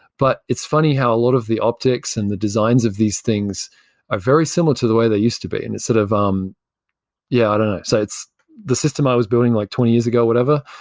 but it's funny how a lot of the optics and the designs of these things are very similar to the way they used to be. and instead of um yeah, but so it's the system i was building like twenty years ago whatever,